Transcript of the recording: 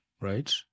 Right